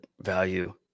value